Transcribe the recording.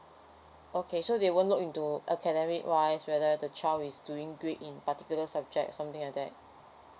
okay so they won't look into academic wise whether the child is doing great in particular subject something like that